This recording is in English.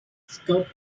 scope